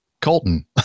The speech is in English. Colton